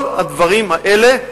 כל הדברים האלה,